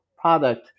product